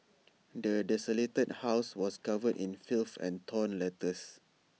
the desolated house was covered in filth and torn letters